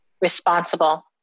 responsible